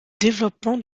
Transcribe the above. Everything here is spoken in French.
développement